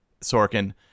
Sorkin